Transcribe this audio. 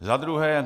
Za druhé.